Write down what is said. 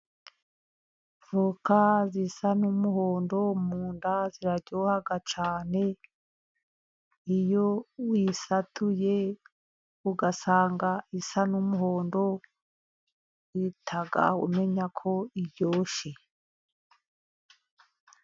Avoka zisa n'umuhondo mu nda ziraryoha cyane, iyo uyisatuye ugasanga isa n'umuhondo uhita umenya ko iryoshye.